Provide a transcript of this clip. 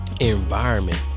environment